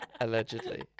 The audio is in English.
allegedly